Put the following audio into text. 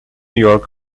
york